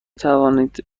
توانید